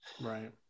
Right